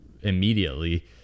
immediately